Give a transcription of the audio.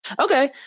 Okay